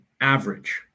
average